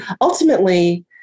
Ultimately